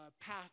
path